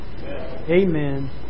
Amen